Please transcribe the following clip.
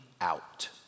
out